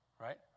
right